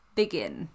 begin